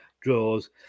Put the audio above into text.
draws